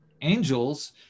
angels